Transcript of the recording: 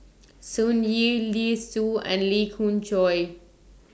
Sun Yee Li Su and Lee Khoon Choy